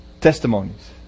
testimonies